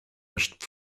rushed